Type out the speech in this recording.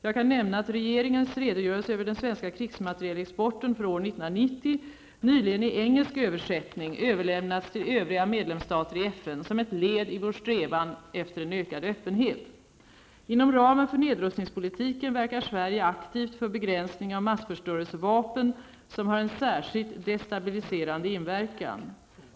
Jag kan nämna, att regeringens redogörelse över den svenska krigsmaterielexporten för år 1990 nyligen i engelsk översättning överlämnats till övriga medlemsstater i FN som ett led i vår strävan efter en ökad öppenhet. Sverige aktivt för begränsning av massförstörelsevapen, som har en särskilt destabiliserande inverkan.